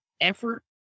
effort